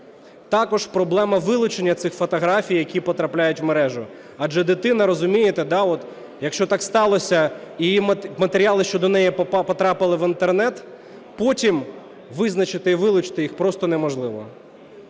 Також проблема вилучення цих фотографій, які потрапляють в мережу. Адже дитина, розумієте, якщо так сталося і матеріали щодо неї потрапили в Інтернет, потім визначити і вилучити їх просто неможливо.